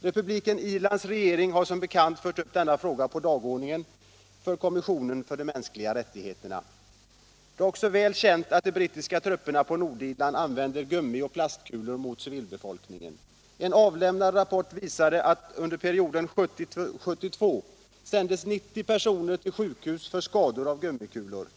Republiken Irlands regering har som bekant fört upp denna fråga på dagordningen för kommissionen för de mänskliga rättigheterna. Det är också väl känt att de brittiska trupperna på Nordirland använder gummioch plastkulor mot civilbefolkningen. En avlämnad rapport visade att under perioden 1970-1972 sändes 90 personer till sjukhus för skador av gummikulor.